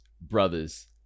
brother's